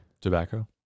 Tobacco